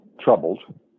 troubled